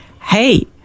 Hey